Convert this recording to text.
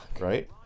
Right